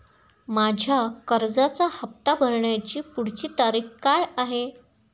माझ्या कर्जाचा हफ्ता भरण्याची पुढची तारीख काय आहे?